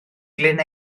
glyn